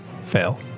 Fail